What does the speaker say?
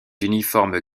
uniforme